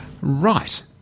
Right